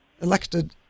elected